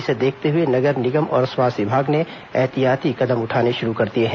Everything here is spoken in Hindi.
इसे देखते हुए नगर निगम और स्वास्थ्य विभाग ने ऐहतियाती कदम उठाने शुरू कर दिए हैं